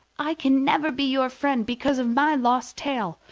i can never be your friend because of my lost tail,